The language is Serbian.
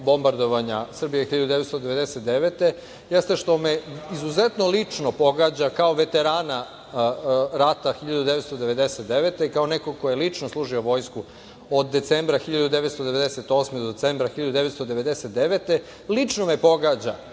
bombardovanja Srbije 1999. godine, jeste što me izuzetno lično pogađa kao veterana rata 1999. godine, kao neko ko je lično služio vojsku od decembra 1998. godine do decembra 1999. godine. Lično me pogađa